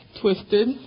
twisted